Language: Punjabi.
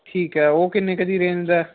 ਠੀਕ ਹੈ ਉਹ ਕਿੰਨੇ ਕੁ ਦੀ ਰੇਂਜ ਦਾ